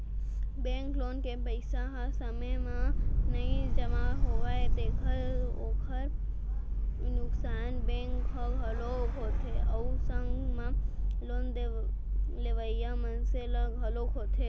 bank loan के पइसा ह समे म नइ जमा होवय तेखर ओखर नुकसान बेंक ल घलोक होथे अउ संग म लोन लेवइया मनसे ल घलोक होथे